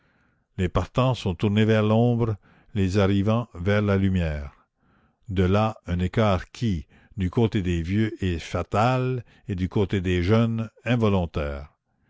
les partants sont tournés vers l'ombre les arrivants vers la lumière de là un écart qui du côté des vieux est fatal et du côté des jeunes involontaire